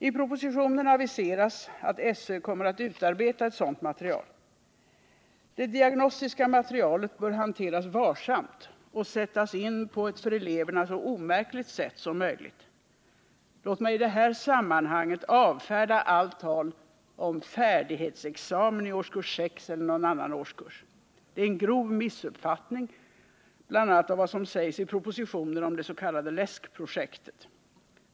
I propositionen aviseras att SÖ kommer att utarbeta ett sådant material. Det diagnostiska materialet bör hanteras varsamt och sättas in på ett för eleverna så omärkligt sätt som möjligt. Låt mig i det här sammanhanget avfärda allt tal om ”färdighetsexamen” i årskurs 6 eller någon annan årskurs. Det är en grov missuppfattning, bl.a. av vad som sägs i propositionen om det s.k. LÄSK-projektet.